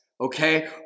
okay